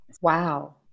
Wow